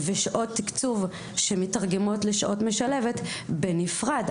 ושעות תקצוב שמתרגמת לשעות משלבת בנפרד.